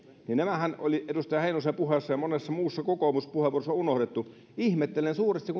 niin nämähän oli edustaja heinosen puheessa ja monessa muussa kokoomuspuheenvuorossa unohdettu ihmettelen suuresti